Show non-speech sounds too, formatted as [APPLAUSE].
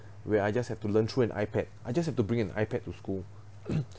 where I just have to learn through an I_pad I just have to bring an I_pad to school [COUGHS]